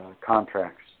contracts